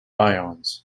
ions